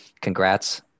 congrats